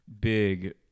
big